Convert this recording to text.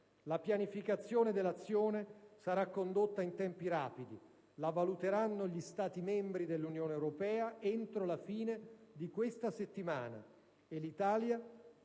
La pianificazione dell'azione sarà condotta in tempi rapidi; la valuteranno gli Stati membri dell'Unione europea entro la fine di questa settimana. E l'Italia